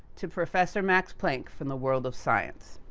to professor max planck from the world of science.